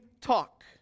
talk